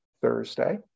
Thursday